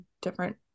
different